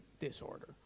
disorder